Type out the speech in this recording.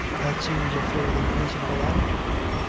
that seems a fairly reasonable attitude.